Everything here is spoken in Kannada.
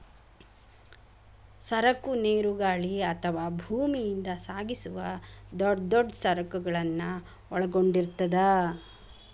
ಸರಕ ನೇರು ಗಾಳಿ ಅಥವಾ ಭೂಮಿಯಿಂದ ಸಾಗಿಸುವ ದೊಡ್ ದೊಡ್ ಸರಕುಗಳನ್ನ ಒಳಗೊಂಡಿರ್ತದ